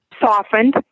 softened